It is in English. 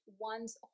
one's